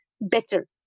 better